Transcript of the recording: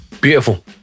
Beautiful